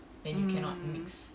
mm